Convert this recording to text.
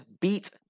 beat